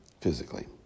physically